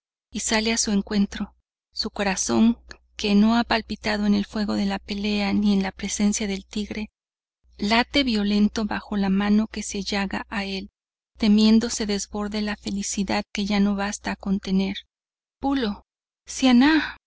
y sale a su encuentro su corazón que no ha palpitado en el fuego de la pelea ni en la presencia del tigre lata violento bajo la mano que se llaga a él temiendo se desborde la felicidad que ya no basta a contener pulo